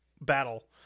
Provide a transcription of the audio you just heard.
battle